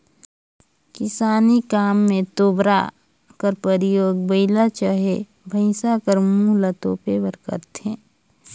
किसानी काम मे तोबरा कर परियोग बइला चहे भइसा कर मुंह ल तोपे बर करथे